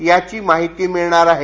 याची माहिती मिळणार आहे